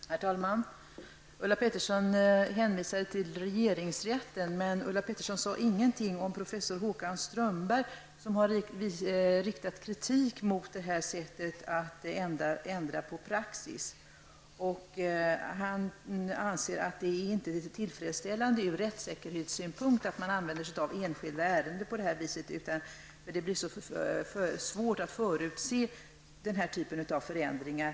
Herr talman! Ulla Pettersson hänvisade till regeringsrätten men sade ingenting om professor Håkan Strömberg, som har riktat kritik mot detta sätt ätt andra praxis. Han anser att det inte är tillfredsställande från rättssäkerhetssynpunkt att man använder sig av enskilda ärenden på detta sätt. Det blir då svårt att förutse denna typ av förändringar.